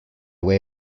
way